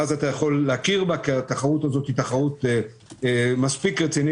שאנחנו מתחילים את השנה הזאת עם הצעת חוק מאוד נכונה